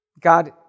God